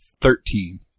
Thirteen